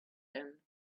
end